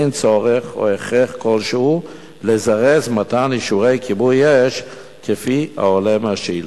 אין צורך או הכרח כל שהוא לזרז מתן אישורי כיבוי אש כפי העולה מהשאילתא.